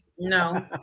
No